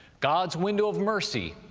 god's window of mercy,